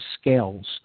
scales